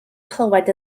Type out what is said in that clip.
clywed